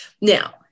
Now